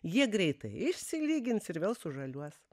jie greitai išsilygins ir vėl sužaliuos